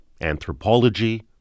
anthropology